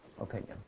opinion